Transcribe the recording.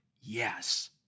yes